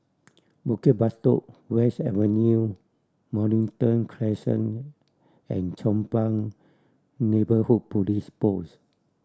Bukit Batok West Avenue Mornington Crescent and Chong Pang Neighbourhood Police Post